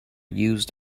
used